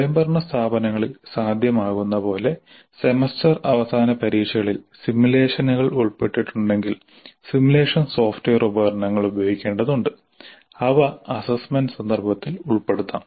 സ്വയംഭരണ സ്ഥാപനങ്ങളിൽ സാധ്യമാകുന്ന പോലെ സെമസ്റ്റർ അവസാന പരീക്ഷകളിൽ സിമുലേഷനുകൾ ഉൾപ്പെട്ടിട്ടുണ്ടെങ്കിൽ സിമുലേഷൻ സോഫ്റ്റ്വെയർ ഉപകരണങ്ങൾ ഉപയോഗിക്കേണ്ടതുണ്ട് അവ അസ്സസ്സ്മെന്റ് സന്ദർഭത്തിൽ ഉൾപ്പെടുത്താം